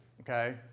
Okay